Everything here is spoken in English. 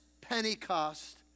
Pentecost